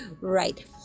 Right